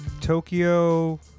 Tokyo